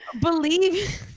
believe